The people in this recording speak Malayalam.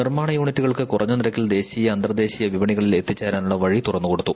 നിർമാണ യൂണിറ്റുകൾക്ക് കൂറ്റഞ്ഞ നിരക്കിൽ ദേശീയ അന്തർദേശീയ വിപണികളിൽ എത്തിച്ചേരാനുള്ള വഴി തുറന്നുകൊടുത്തു